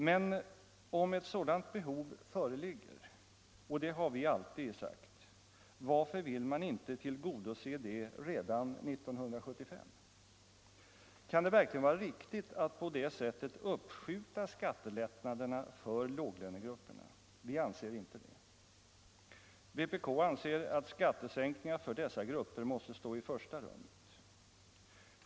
Men om ett sådant behov föreligger — och det har vi alltid sagt — varför vill man inte tillgodose det redan 1975? Kan det verkligen vara riktigt att på det sättet uppskjuta skattelättnaderna för låglönegrupperna? Vi anser inte det. Vpk anser att skattesänkningar för dessa grupper måste stå i första rummet.